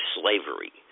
slavery